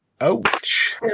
Ouch